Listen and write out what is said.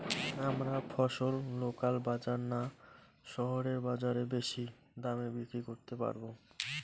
আমরা ফসল লোকাল বাজার না শহরের বাজারে বেশি দামে বিক্রি করতে পারবো?